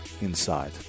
inside